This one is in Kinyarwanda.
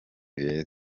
beza